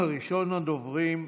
ראשונת הדוברים,